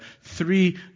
three